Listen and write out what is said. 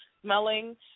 smelling